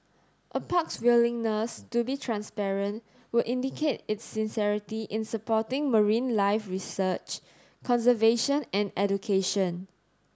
a park's willingness to be transparent would indicate its sincerity in supporting marine life research conservation and education